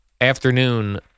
afternoon